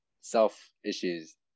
self-issues